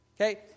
Okay